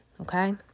okay